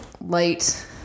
light